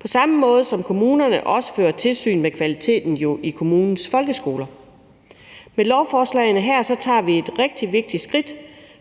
på samme måde, som de jo også fører tilsyn med kvaliteten i deres folkeskoler. Med lovforslagene her tager vi et rigtig vigtigt skridt